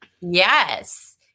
Yes